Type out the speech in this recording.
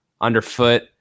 underfoot